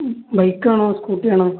ബൈക്കാണോ scooty ആണോ